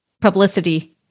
publicity